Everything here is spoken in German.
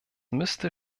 müsste